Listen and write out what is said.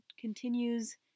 continues